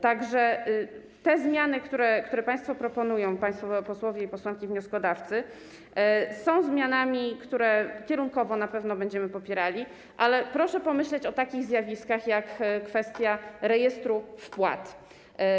Tak że zmiany, które państwo proponują, państwo posłowie i posłanki wnioskodawcy, są zmianami, które kierunkowo na pewno będziemy popierali, ale proszę pomyśleć o takich zjawiskach jak kwestia rejestru wpłat.